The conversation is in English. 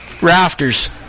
rafters